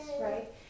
right